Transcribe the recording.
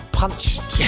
punched